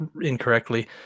incorrectly